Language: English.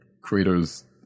creators